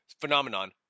phenomenon